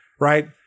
right